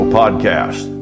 podcast